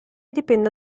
dipenda